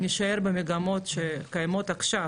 נישאר במגמות שקיימות עכשיו